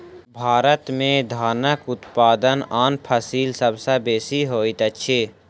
भारत में धानक उत्पादन आन फसिल सभ सॅ बेसी होइत अछि